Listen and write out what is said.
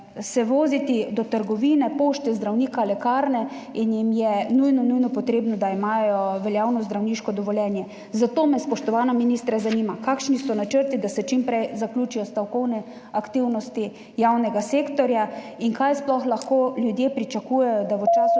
kje, voziti do trgovine, pošte, zdravnika, lekarne in je nujno potrebno, da imajo veljavno zdravniško dovoljenje. Zato me, spoštovana ministra, zanima:\_ Kakšni so načrti za to, da se čim prej zaključijo stavkovne aktivnosti javnega sektorja? Ali lahko ljudje sploh pričakujejo, da v času